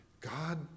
God